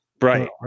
right